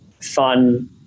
fun